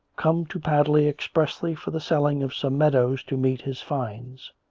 come to padley expressly for the selling of some meadows to meet his fines